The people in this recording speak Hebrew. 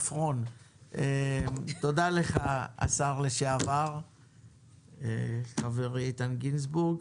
תודה רבה לך השר לשעבר חברי איתן גינזבורג.